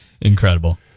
Incredible